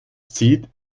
zieht